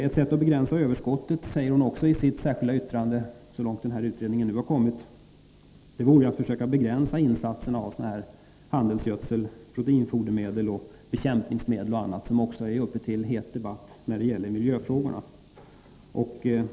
Ett sätt att begränsa överskottet, säger hon också i sitt särskilda yttrande i den här utredningen — så långt den nu har kommit — vore att försöka begränsa insatserna av handelsgödsel, proteinfodermedel, bekämpningsmedel och annat, som också är uppe till het debatt när det gäller miljön.